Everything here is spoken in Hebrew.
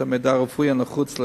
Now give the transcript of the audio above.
את המידע הרפואי הנחוץ,